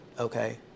okay